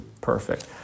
perfect